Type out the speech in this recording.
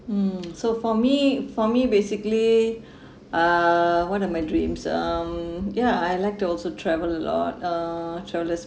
mm so for me for me basically uh one of my dreams um yeah I like to also travel a lot uh travel as